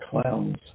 clowns